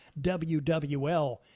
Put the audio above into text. WWL